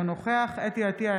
אינו נוכח חוה אתי עטייה,